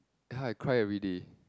!huh! I cry every day